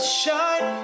shine